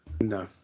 no